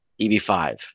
EB5